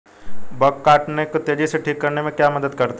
Bug के काटने को तेजी से ठीक करने में क्या मदद करता है?